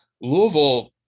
Louisville